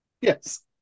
Yes